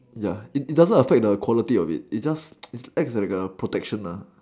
ya it doesn't affect the quality of it it just acts like a protection